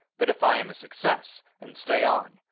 but if i am a success, and stay on,